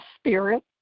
Spirit